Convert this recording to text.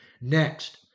Next